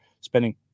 spending